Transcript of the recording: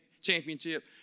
championship